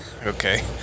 Okay